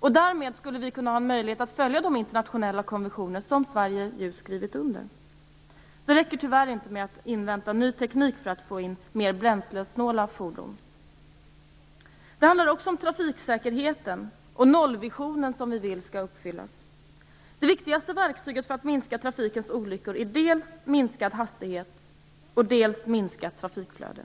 och vi skulle därmed få möjlighet att följa de internationella konventioner som Sverige skrivit under. Det räcker tyvärr inte med att invänta ny teknik för mer bränslesnåla fordon. Det handlar också om trafiksäkerheten och om nollvisionen, som vi vill skall uppfyllas. Det viktigaste verktyget för att minska trafikens olyckor är dels minskad hastighet, dels minskat trafikflöde.